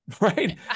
right